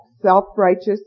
self-righteous